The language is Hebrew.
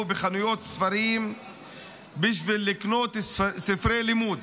בחנויות ספרים בשביל לקנות את ספרי לימוד.